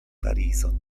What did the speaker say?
parizon